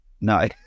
No